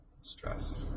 stress